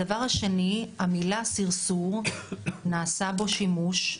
הדבר השני, המילה סרסור, נעשה בו שימוש,